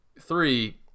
three